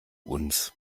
uns